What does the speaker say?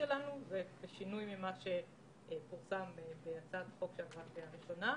שינוי ממה שפורסם בהצעת החוק שעברה קריאה ראשונה.